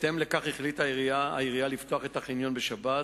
לפיכך החליטה העירייה לפתוח את החניון בשבת.